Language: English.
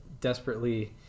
desperately